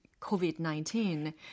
COVID-19